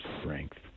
strength